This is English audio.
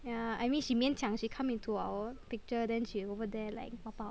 yeah I mean she 勉强 she come into our picture then she over there like pop out